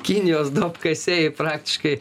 kinijos duobkasiai praktiškai